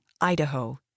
Idaho